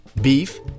beef